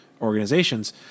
organizations